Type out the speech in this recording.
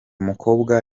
mukobwa